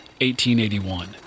1881